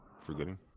forgetting